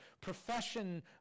profession